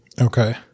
Okay